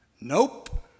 Nope